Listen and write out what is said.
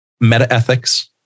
meta-ethics